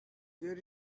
there